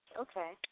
Okay